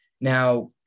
Now